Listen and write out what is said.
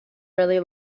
really